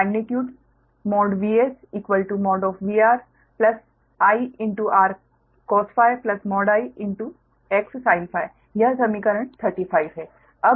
तो magnitude VS VR I R cos I X sin यह समीकरण 35 है